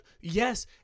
Yes